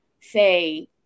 say